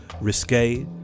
risque